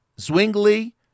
Zwingli